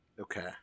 Okay